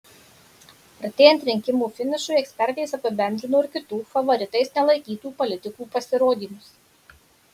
artėjant rinkimų finišui ekspertės apibendrino ir kitų favoritais nelaikytų politikų pasirodymus